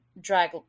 drag